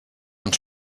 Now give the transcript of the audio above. ens